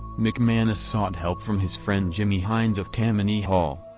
mcmanus sought help from his friend jimmy hines of tammany hall.